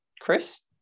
Chris